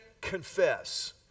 confess